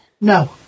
No